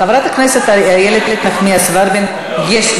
חברת הכנסת איילת נחמיאס ורבין, יש.